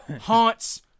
haunts